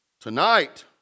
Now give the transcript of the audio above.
Tonight